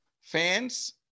fans